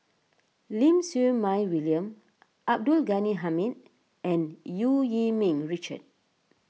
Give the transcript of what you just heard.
Lim Siew Mai William Abdul Ghani Hamid and Eu Yee Ming Richard